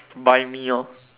buy me lor